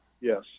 Yes